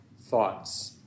thoughts